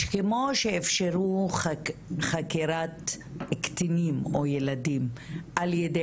שכמו שאפשרו חקירת קטינים או ילדים על ידי